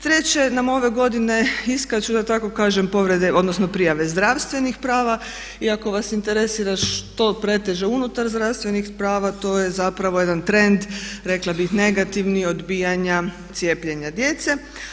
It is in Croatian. Treće nam ove godine iskaču da tako kažem povrede odnosno prijave zdravstvenih prava i ako vas interesira što preteže unutar zdravstvenih prava, to je zapravo jedan trend rekla bih negativni odbijanja cijepljenja djece.